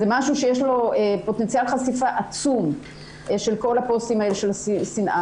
זה משהו שיש לו פוטנציאל חשיפה עצום של כל הפוסטים האלה של שנאה.